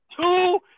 two